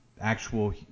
actual